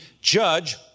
judge